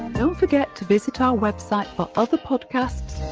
don't forget to visit our website for other podcasts.